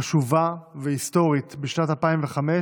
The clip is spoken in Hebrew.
חשובה והיסטורית בשנת 2005,